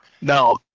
Now